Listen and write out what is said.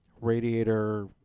radiator